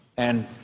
and